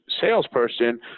salesperson